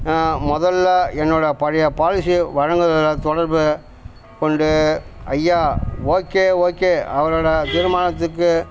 மொதலில் என்னோடய பழைய பாலிசி வழங்குவதில் தொடர்பு கொண்டு ஐயா ஓகே ஓகே அவரோடய திருமணத்துக்கு